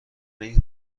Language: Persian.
این